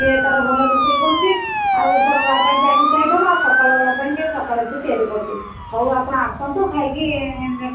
ସିଏ ତାର ଭଲ ରୋଷେଇ କରୁଛି ଆଉ ଉପରବେଳା ପାଇଁ ଚାଇନିସ ଆଇଟମ ଆଉ ସକାଳବେଳା ପାଇଁ ଟିକିଏ ସକାଳଖିଆ ତିଆରି କରୁଛି ହଉ ଆପଣ ଆସନ୍ତୁ ଖାଇକି